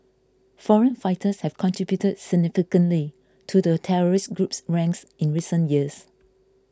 foreign fighters have contributed significantly to the terrorist group's ranks in recent years